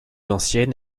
ancienne